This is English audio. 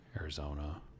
Arizona